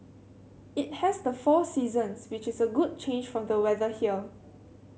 it has the four seasons which is a good change from the weather here